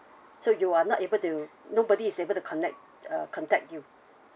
so you are not able to nobody is able to connect uh contact you